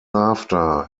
after